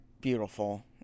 beautiful